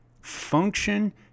Function